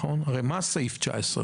הרי מה אומר סעיף 19?